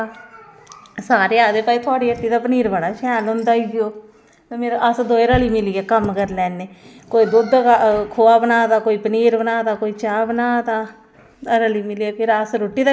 बाकी जेह्ड़ी साढ़ी पैदाबार ऐ जियां अस सब्जी लान्ने आं आलू लानेे आं गोभी लान्ने आं कड़म लान्ने आं ओह्दा मार्केट च कोई भाह् नेंई असेंगी मतलव ऐ कि जिन्ना हारा खर्चा औंदा